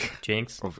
Jinx